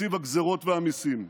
תקציב הגזרות והמיסים,